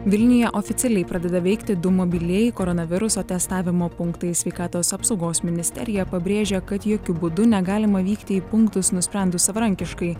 vilniuje oficialiai pradeda veikti du mobilieji koronaviruso testavimo punktai sveikatos apsaugos ministerija pabrėžia kad jokiu būdu negalima vykti į punktus nusprendus savarankiškai